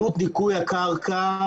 עלות ניקוי הקרקע.